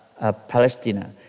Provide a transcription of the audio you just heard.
Palestina